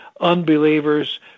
unbelievers